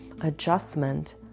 adjustment